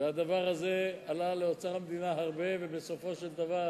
והדבר הזה עלה לאוצר המדינה הרבה, ובסופו של דבר